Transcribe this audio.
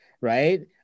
right